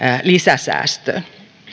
lisäsäästöön